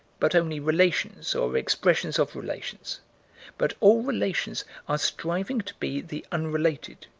but only relations, or expressions of relations but all relations are striving to be the unrelated,